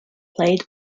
played